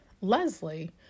Leslie